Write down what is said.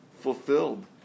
fulfilled